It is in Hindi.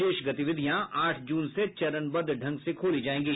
शेष गतिविधियां आठ जून से चरणबद्ध ढंग से खोली जाएंगी